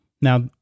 Now